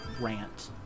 rant